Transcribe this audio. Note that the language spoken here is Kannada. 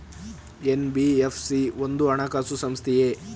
ಎನ್.ಬಿ.ಎಫ್.ಸಿ ಒಂದು ಹಣಕಾಸು ಸಂಸ್ಥೆಯೇ?